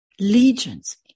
legions